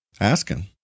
asking